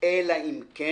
אלא אם כן